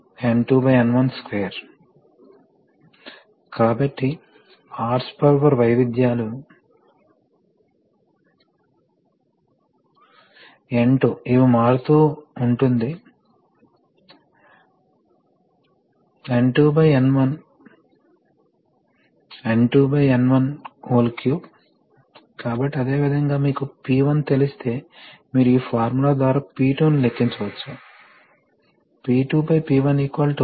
కానీ ఖచ్చితమైన ఆపరేషన్ కోసం ఈ పరికరాల ప్రెషర్ సరఫరా హెచ్చుతగ్గులకు గురికావడం మంచిది కాదు కాబట్టి మీరు ఇక్కడ ప్రెషర్ రెగ్యులేటర్ ను ఉంచితే ప్రెజర్ రెగ్యులేటర్ మొదట అధిక ప్రెషర్ స్థాయిని అల్ప ప్రెషర్ స్థాయికి మార్చబోతోంది మరియు రెండవది ఇక్కడ ప్రెషర్ ఉన్నప్పటికీ ఇది 300 పిఎస్ఐ బస్సు అని అనుకుందాం కాబట్టి ఇక్కడ ప్రెషర్ 300 పిఎస్ఐ ప్లస్ మైనస్ గా మారినప్పటికీ ప్లస్ మైనస్ కూడా 50 పిఎస్ఐ అని అనుకుందాం